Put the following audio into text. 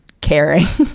kerry,